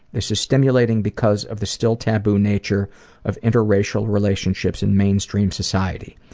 this is stimulating because of the still taboo nature of interracial relationships in mainstream society.